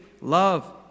love